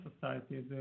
society